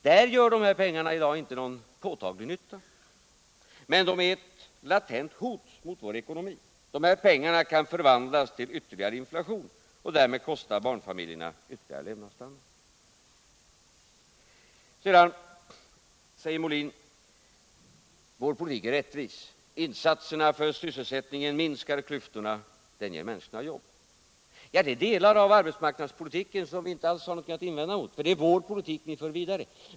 Där gör de här pengarna i dag inte någon påtaglig nytta, men de är ett latent hot mot vår ekonomi. Dessa pengar kan bidra till ytterligare inflation, och därmed ytterligare sänka barnfamiljernas levnadsstandard. Vår politik är rättvis, insatserna för sysselsättningen minskar klyftorna och ger människorna jobb, säger Björn Molin. Det är delar av arbetsmarknadspolitiken som vi inte alls har något att invända mot, för det är vår politik som ni för vidare.